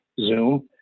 Zoom